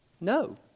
No